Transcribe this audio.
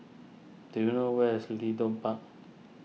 do you know where is Leedon Park